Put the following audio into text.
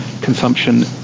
consumption